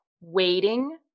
waiting